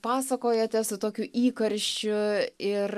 pasakojate su tokiu įkarščiu ir